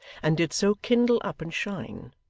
and did so kindle up and shine,